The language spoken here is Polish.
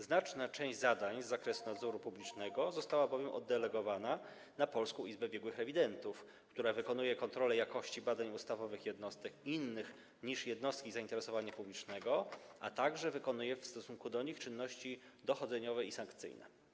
Znaczna część zadań z zakresu nadzoru publicznego została delegowana na Polską Izbę Biegłych Rewidentów, która wykonuje kontrole jakości badań ustawowych jednostek innych niż jednostki zainteresowania publicznego, a także wykonuje w stosunku do nich czynności dochodzeniowe i sankcyjne.